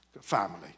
family